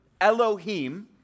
Elohim